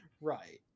Right